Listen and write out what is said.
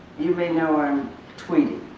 you may know i'm tweeting,